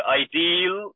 ideal